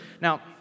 Now